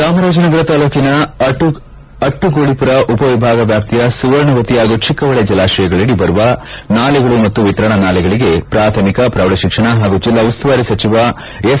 ಚಾಮರಾಜನಗರ ತಾಲೂಕಿನ ಅಟ್ಲುಗೂಳಿಮರ ಉಪ ವಿಭಾಗ ವ್ಯಾಪ್ತಿಯ ಸುವರ್ಣವತಿ ಹಾಗೂ ಚಿಕ್ಕಹೊಳೆ ಜಲಾಶಯಗಳಡಿ ಬರುವ ನಾಲೆಗಳು ಮತ್ತು ವಿತರಣಾ ನಾಲೆಗಳಿಗೆ ಪ್ರಾಥಮಿಕ ಪ್ರೌಢ ಶಿಕ್ಷಣ ಹಾಗೂ ಜಿಲ್ಲಾ ಉಸ್ತುವಾರಿ ಸಚಿವ ಎಸ್